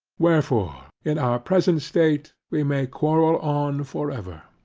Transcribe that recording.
wherefore, in our present state we may quarrel on for ever.